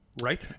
right